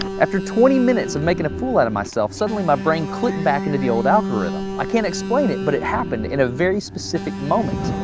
after twenty minutes of making a fool out of myself, suddenly my brain clicked back into the old algorithm. i can't explain it, but it happened in a very specific moment.